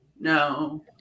No